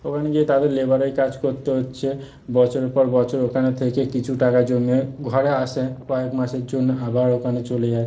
ওখানে গিয়ে তাদের লেবারের কাজ করতে হচ্ছে বছরের পর বছর ওখানে থেকে কিছু টাকা জমিয়ে ঘরে আসে কয়েক মাসের জন্য আবার ওখানে চলে যায়